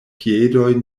piedoj